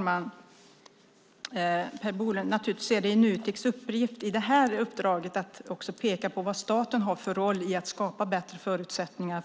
Fru talman! Naturligtvis är det Nuteks uppgift i detta uppdrag, Per Bolund, att peka på vad staten har för roll i att skapa bättre förutsättningar